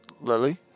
Lily